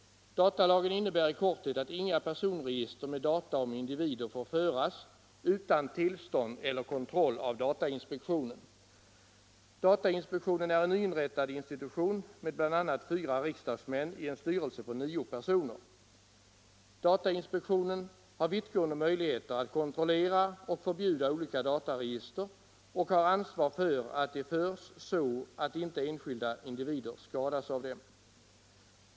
Datalagen innebär i korthet att inga personregister med data om individer får föras utan tillstånd eller kontroll av datainspektionen, som är en nyinrättad institution med bl.a. fyra riksdagsmän i en styrelse på nio personer. Datainspektionen har vittgående möjligheter att kontrollera och förbjuda olika dataregister och har ansvar för att de förs så, att inte enskilda individer skadas av dem.